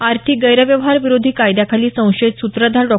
आर्थिक गैरव्यवहार विरोधी कायद्या खाली संशयित सूत्रधार डॉ